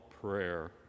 prayer